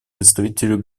представителю